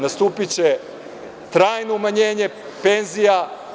Nastupiće trajno umanjenje penzija.